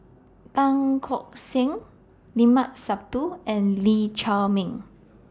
Tan Keong Saik Limat Sabtu and Lee Chiaw Meng